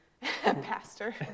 Pastor